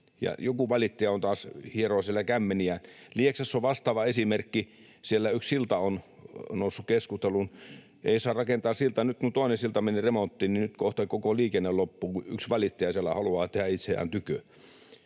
joku valittaja taas hieroo siellä kämmeniään. Lieksassa on vastaava esimerkki: Siellä yksi silta on noussut keskusteluun. Ei saa rakentaa siltaa. Nyt kun toinen silta meni remonttiin, niin nyt kohta koko liikenne loppuu, kun yksi valittaja siellä haluaa tehdä itseään tykö.